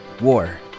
war